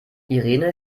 irene